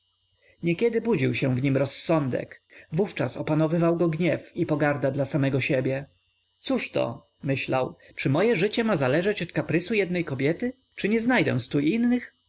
niekiedy budził się w nim rozsądek wówczas opanowywał go gniew i pogarda dla samego siebie cóżto myślał czy moje życie ma zależeć od kaprysu jednej kobiety czy nie znajdę stu innych